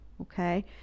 okay